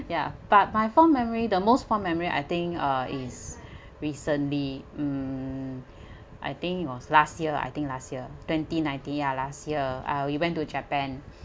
ya but my fond memory the most fond memory I think uh is recently mm I think it was last year I think last year twenty nineteen ya last year I we went to japan